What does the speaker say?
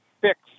fix